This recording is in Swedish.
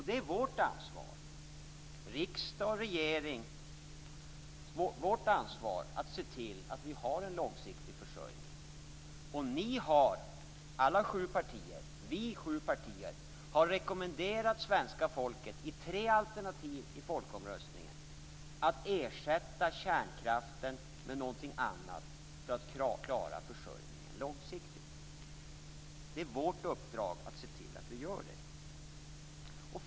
Det är vårt ansvar, riksdag och regering, att se till att vi har en långsiktig försörjning. Vi alla sju partier har rekommenderat svenska folket i tre alternativ i folkomröstningen att ersätta kärnkraften med något annat för att klara försörjningen långsiktigt. Det är vårt uppdrag att se till att vi gör det.